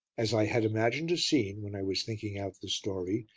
as i had imagined a scene, when i was thinking out the story,